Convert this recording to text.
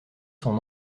son